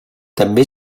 també